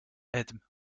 edme